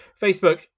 Facebook